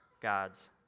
God's